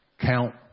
count